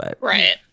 Right